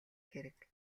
хэрэг